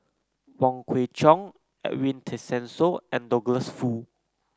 Wong Kwei Cheong Edwin Tessensohn and Douglas Foo